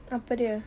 apa dia